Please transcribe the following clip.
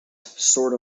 sword